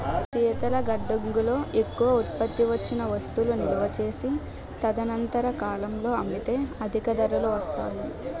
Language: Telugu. శీతల గడ్డంగుల్లో ఎక్కువ ఉత్పత్తి వచ్చిన వస్తువులు నిలువ చేసి తదనంతర కాలంలో అమ్మితే అధిక ధరలు వస్తాయి